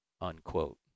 Unquote